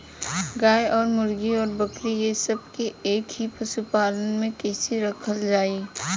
गाय और मुर्गी और बकरी ये सब के एक ही पशुपालन में कइसे रखल जाई?